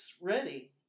ready